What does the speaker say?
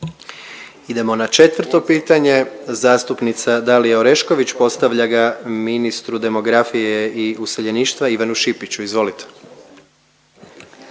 Orešković postavlja ga Dalija Orešković postavlja ga ministru demografije i useljeništva Ivanu Šipiću. Izvolite.